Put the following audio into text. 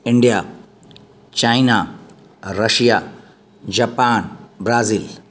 India China Russia Japan Brazil